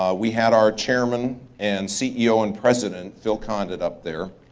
ah we had our chairman, and ceo, and president phil condit up there.